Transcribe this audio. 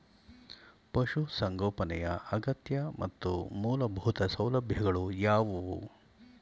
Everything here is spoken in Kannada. ಪಶುಸಂಗೋಪನೆಯ ಅಗತ್ಯ ಮತ್ತು ಮೂಲಭೂತ ಸೌಲಭ್ಯಗಳು ಯಾವುವು?